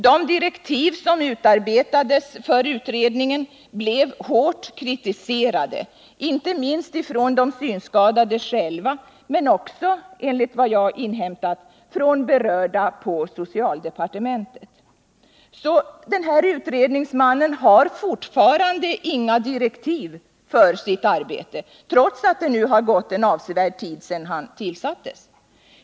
De direktiv som utarbetades för utredningen blev hårt kritiserade, inte minst från de synskadade själva men också, enligt vad jag inhämtat, från berörda på socialdepartementet. Så utredningsmannen har fortfarande inga direktiv för sitt arbete, trots att det nu har gått en avsevärd tid sedan han tillsattes.